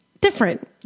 different